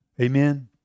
Amen